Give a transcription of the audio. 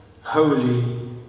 Holy